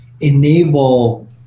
enable